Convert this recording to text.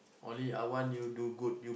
only I want you do good you